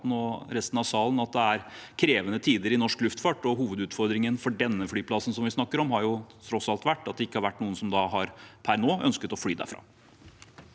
og resten av salen at det er krevende tider i norsk luftfart. Hovedutfordringen for den flyplassen vi snakker om, er tross alt at det ikke har vært noen som per nå har ønsket å fly derfra.